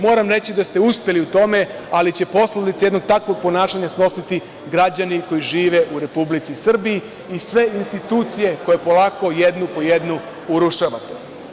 Moram reći da ste uspeli u tome, ali će posledice jednog takvog ponašanja snositi građani koji žive u Republici Srbiji i sve institucije koje polako jednu po jednu urušavate.